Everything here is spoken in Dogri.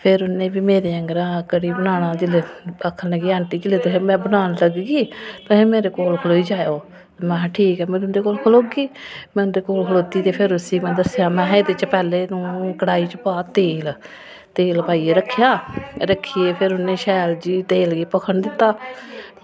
फिर उनें बी मेरे आङर गै बनाना ते आक्खन लगी आंटी जी ते आक्खन लगी ही कि जेल्लै आंटी जी में बनान लगी ही तुस मेरे कोल खड़ोई जाओ में आक्खेआ ठीक ऐ में तुंदे कोल खड़ोगी ते में खड़ोती ते में उसी दस्सेआ कि पैह्लें कढ़ाई च पा तूं थूम ते तेल पाइयै रक्खेआ ते भी उनें तेल गी भखन दित्ता